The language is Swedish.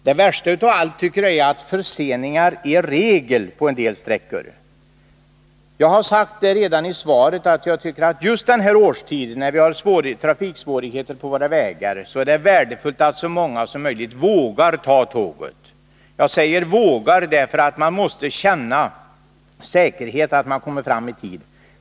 Det värsta av allt är att förseningar är regel på en del sträckor. Jag har redan i min fråga sagt att det just den här årstiden, när vi brukar ha trafiksvårigheter på våra vägar, är värdefullt att så många resenärer som möjligt vågar ta tåget. Jag säger ”vågar” därför att man som resenär måste kunna känna säkerhet inför, att man kommer fram i tid.